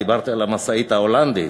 דיברתי על המשאית ההולנדית,